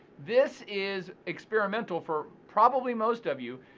this is experimental for probably most of you,